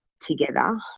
together